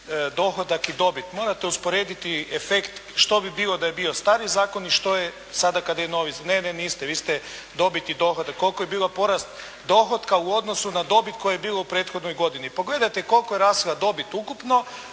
dohodak i dobit. Morate usporediti efekt što bi bilo da je bio stari zakon i što je sada kad je novi. Ne, ne, niste. Vi ste dobit i dohodak. Koliko je bilo porast dohotka u odnosu na dobit koja je bila u prethodnoj godini. Pogledajte koliko je rashoda dobit ukupno.